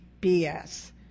BS